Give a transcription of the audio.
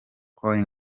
calling